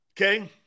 Okay